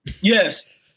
yes